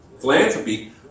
philanthropy